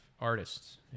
artists